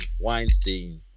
Weinstein